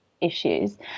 issues